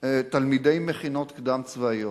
תלמידי מכינות קדם-צבאיות.